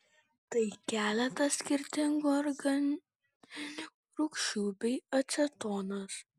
tai keletas skirtingų organinių rūgščių bei acetonas